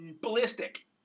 ballistic